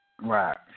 Right